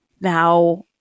Now